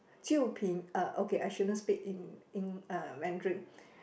jiu uh okay I shouldn't speak in in uh Mandarin